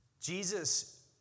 Jesus